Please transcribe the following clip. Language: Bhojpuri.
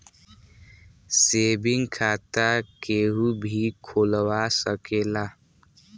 सेविंग खाता केहू भी खोलवा सकेला